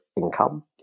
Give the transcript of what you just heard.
income